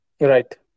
Right